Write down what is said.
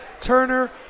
Turner